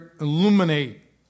illuminate